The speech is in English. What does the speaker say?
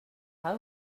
how